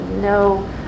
No